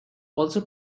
also